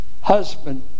husband